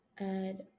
add